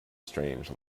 strange